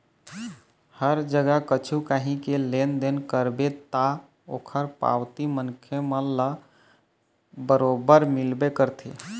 हर जगा कछु काही के लेन देन करबे ता ओखर पावती मनखे मन ल बरोबर मिलबे करथे